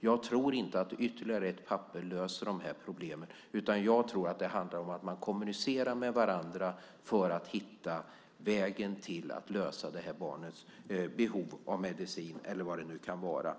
Jag tror inte att ytterligare ett papper löser dessa problem, utan jag tror att det handlar om att man kommunicerar med varandra för att hitta vägen till att lösa problemen när det gäller detta barns behov av medicin, vilket det ofta handlar om, eller vad det nu kan vara.